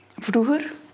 Vroeger